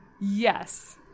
Yes